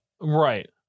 right